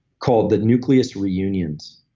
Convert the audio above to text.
called the nucleus reunions.